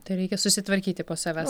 tereikia susitvarkyti po savęs